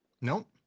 Nope